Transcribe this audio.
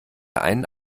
einen